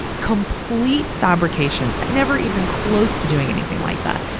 complete fabrication. never even close to doing anything like that.